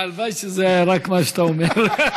הלוואי שזה היה רק מה שאתה אומר.